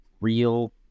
real